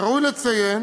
ראוי לציין